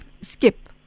skip